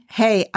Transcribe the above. hey